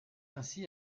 ainsi